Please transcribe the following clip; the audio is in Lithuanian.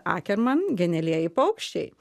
akerman genialieji paukščiai